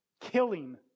killing